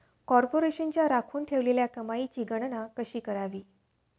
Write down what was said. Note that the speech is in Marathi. कॉर्पोरेशनच्या राखून ठेवलेल्या कमाईची गणना कशी करावी